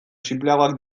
sinpleagoak